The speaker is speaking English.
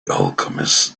alchemist